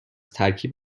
ترکیب